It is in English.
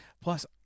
Plus